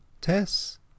Tess